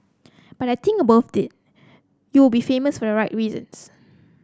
but I think about it you will be famous for a right reasons